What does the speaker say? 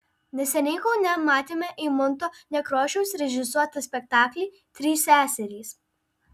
neseniai kaune matėme eimunto nekrošiaus režisuotą spektaklį trys seserys